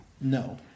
No